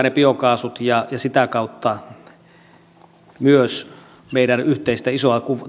ne biokaasut ja sitä kautta myös saavuttamaan meidän yhteistä isoa